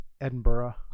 Edinburgh